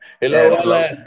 Hello